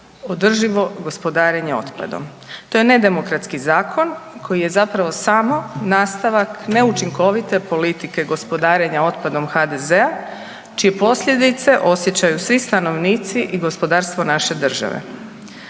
održivo gospodarenje otpadom, to je nedemokratski zakon koji je zapravo samo nastavak neučinkovite politike gospodarenja otpadom HDZ-a čije posljedice osjećaju svi stanovnici i gospodarstvo naše države.